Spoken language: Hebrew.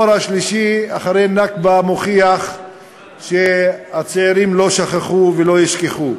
הדור השלישי אחרי הנכבה מוכיח שהצעירים לא שכחו ולא ישכחו.